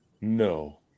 No